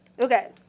Okay